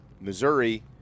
Missouri